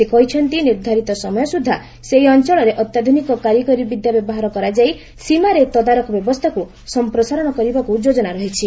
ସେ କହିଛନ୍ତି ନିର୍ଦ୍ଧାରିତ ସମୟସୁଦ୍ଧା ସେହି ଅଞ୍ଚଳରେ ଅତ୍ୟାଧୁନିକ କାରିଗରି ବିଦ୍ୟା ବ୍ୟବହାର କରାଯାଇ ସୀମାରେ ତଦାରଖ ବ୍ୟବସ୍ଥାକ୍ ସମ୍ପ୍ରସାରଣ କରିବାକୁ ଯୋଜନା ରହିଛି